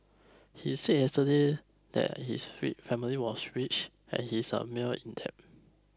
he said yesterday that his family was rich and he is mired in debt